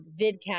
Vidcast